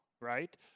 right